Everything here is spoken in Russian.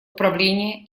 управления